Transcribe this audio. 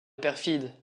perfide